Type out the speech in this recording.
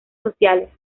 sociales